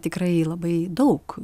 tikrai labai daug